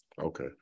Okay